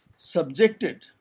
subjected